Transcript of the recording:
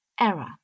error